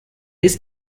ist